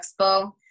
expo